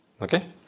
Okay